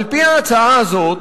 על-פי ההצעה הזאת,